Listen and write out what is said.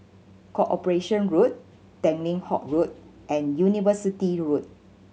Corporation Road Tanglin Halt Road and University Road